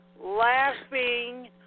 laughing